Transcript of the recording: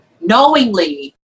Knowingly